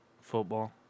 Football